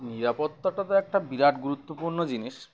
নিরাপত্তাটা তো একটা বিরাট গুরুত্বপূর্ণ জিনিস